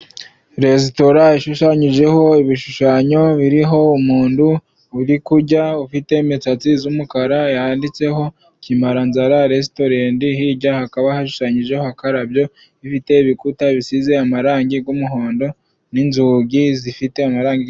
Resitora ishushanyijeho ibishushanyo biriho umuntu uri kurya ufite imisatsi y'umukara yanditseho "Kimaranzara resitorenti" hirya hakaba hashushanyijeho akarabyo, ibikuta bisize amarangi y'umuhondo n'inzugi zifite amarangi.